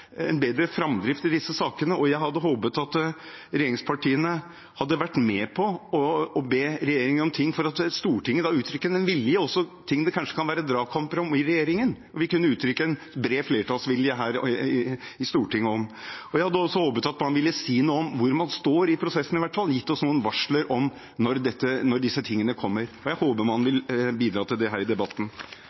framdrift i disse sakene. Jeg hadde håpet at regjeringspartiene hadde vært med på å be regjeringen om ting, også ting det kanskje kan være dragkamper om i regjeringen, for da kunne vi uttrykke en bred flertallsvilje her i Stortinget om det. Jeg hadde også håpet at man ville si noe om hvor man står i prosessen, i hvert fall, gitt oss noen varsler om når disse tingene kommer. Jeg håper man vil bidra til det her i debatten.